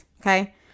Okay